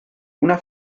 una